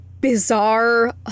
bizarre